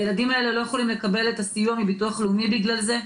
הילדים האלה לא יכולים לקבל את הסיוע מביטוח לאומי בגלל זה,